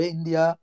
India